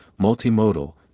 multimodal